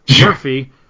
Murphy